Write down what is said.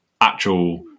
actual